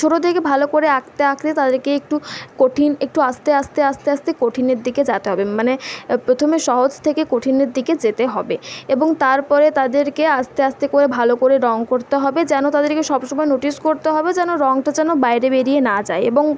ছোটো থেকে ভালো করে আঁকতে আঁকতে তাঁদেরকে একটু কঠিন একটু আস্তে আস্তে আস্তে আস্তে কঠিনের দিকে যাওয়াতে হবে মানে প্রথমে সহজ থেকে কঠিনের দিকে যেতে হবে এবং তারপরে তাদেরকে আস্তে আস্তে করে ভালো করে রঙ করতে হবে যেন তাদেরকে সবসময় নোটিশ করতে হবে যেন রঙটা যেন বাইরে বেড়িয়ে না যায়